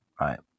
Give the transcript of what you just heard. right